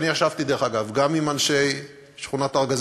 אני ישבתי גם עם אנשי שכונת-הארגזים,